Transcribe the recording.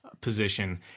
position